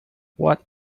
what